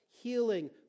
healing